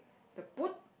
the